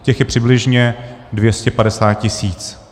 Těch je přibližně 250 tisíc.